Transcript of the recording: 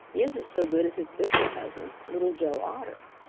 he isn't so good as his bigger cousin, little joe otter.